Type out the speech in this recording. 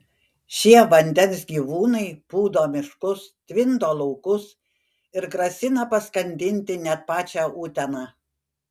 šie vandens gyvūnai pūdo miškus tvindo laukus ir grasina paskandinti net pačią uteną